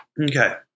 Okay